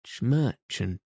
merchant